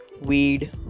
Weed